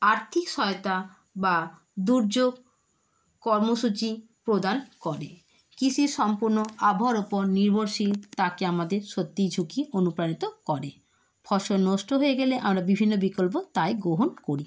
আর্থিক সহায়তা বা দুর্যোগ কর্মসূচি প্রদান করে কৃষি সম্পূর্ণ আবহাওয়ার ওপর নির্ভরশীল তাকে আমাদের সত্যিই ঝুঁকি অনুপ্রাণিত করে ফসল নষ্ট হয়ে গেলে আমরা বিভিন্ন বিকল্প তাই গ্রহণ করি